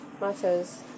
matters